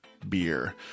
beer